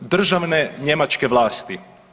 Državne njemačke vlasti.